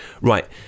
Right